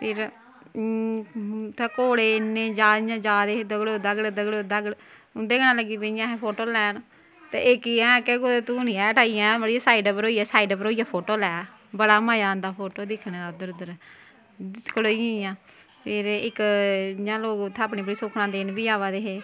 उत्थें घोड़े इन्ने जा दे हे इयां जा दे हे दगड़ो दगड़ दगड़ो दगड़ उं'दे कन्नै लगी पेइयां अस फोटो लैन ते इक गी असें आखेआ कुतै तूं निं हेठ आई जाया मड़िये साइड उप्पर साइड उप्पर होइयै फोटो लै मड़ा मजा आंदा फोटो दिक्खने दा उद्धर उद्धर खड़ोई गेइयां फिर इक इयां लोक उत्थें अपनी अपनी सुक्खनां देन बी अवा दे हे